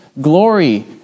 Glory